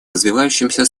развивающимися